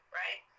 right